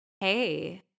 hey